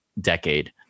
decade